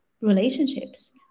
relationships